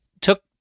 took